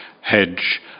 hedge